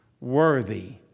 worthy